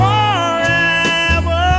Forever